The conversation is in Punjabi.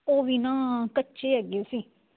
ਉਹ ਵੀ ਨਾ ਕੱਚੇ ਹੈਗੇ ਸੀ